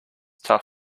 tough